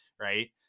right